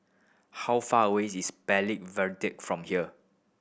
how far away is from here